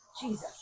Jesus